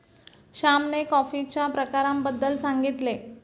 श्यामने कॉफीच्या प्रकारांबद्दल सांगितले